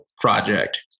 project